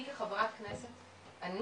אני כחברת כנסת כן